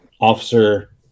Officer